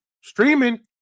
Streaming